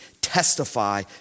testify